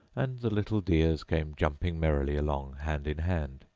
and the little dears came jumping merrily along hand in hand,